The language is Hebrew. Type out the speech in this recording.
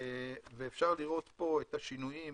ואפשר לראות פה את השינויים